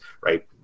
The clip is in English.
right